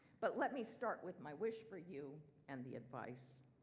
but let me start with my wish for you and the advice.